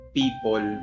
people